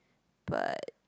but